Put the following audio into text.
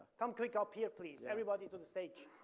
come quick up here, please, everybody to the stage.